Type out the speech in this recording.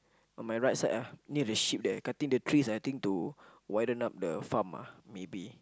on my right side ah near the sheep there cutting the trees I think need to widen up the farm ah maybe